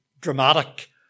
dramatic